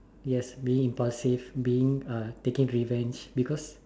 yes being impulsive being uh taking revenge because